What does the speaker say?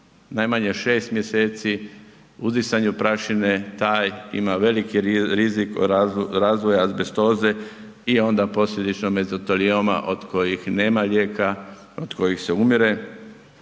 najmanje 6. mjeseci, uzdisanju prašine, taj ima veliki rizik od razvoja azbestoze i onda posljedično mezotelioma od kojih nema lijeka, od kojih se umire